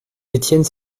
étienne